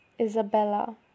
Isabella